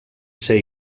ser